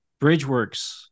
bridgeworks